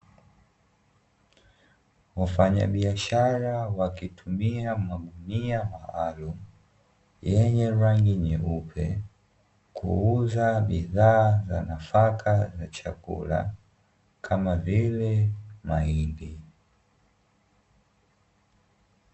Wafanyabiashara wakitumia magunia maalumu yenye rangi nyeupe, kuuza bidhaa za nafaka za chakula kama vile mahindi.